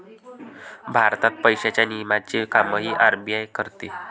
भारतात पैशांच्या नियमनाचे कामही आर.बी.आय करते